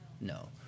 No